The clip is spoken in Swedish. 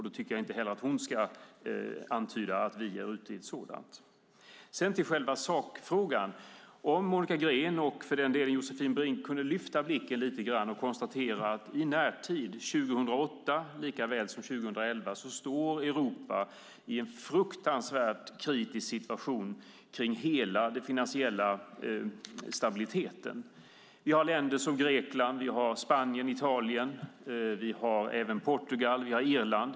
Då tycker jag att inte heller hon ska antyda att vi är ute i ett sådant. Sedan går jag till själva sakfrågan. Om Monica Green och för den delen Josefin Brink kunde lyfta blicken lite grann kan de konstatera att i närtid, 2008 likaväl som 2011, står Europa i en fruktansvärt kritisk situation i hela den finansiella stabiliteten. Vi har länder som Grekland, Spanien, Italien och även Portugal och Irland.